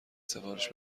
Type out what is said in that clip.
سفارش